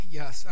yes